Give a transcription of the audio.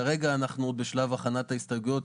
כרגע אנחנו בשלב הכנת ההסתייגויות.